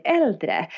äldre